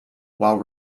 while